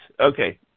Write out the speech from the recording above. Okay